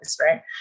right